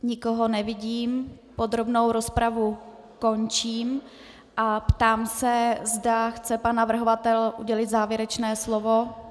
Nikoho nevidím, podrobnou rozpravu končím a ptám se, zda chce pan navrhovatel udělit závěrečné slovo.